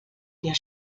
der